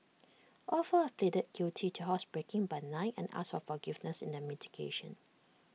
all four have pleaded guilty to housebreaking by night and asked for forgiveness in their mitigation